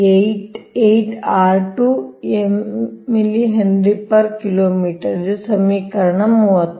r₂ mH Km ಇದು ಸಮೀಕರಣ 30